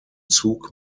zug